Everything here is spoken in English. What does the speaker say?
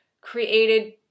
created